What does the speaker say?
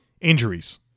injuries